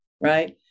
right